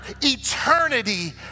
Eternity